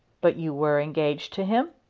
but you were engaged to him?